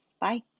Bye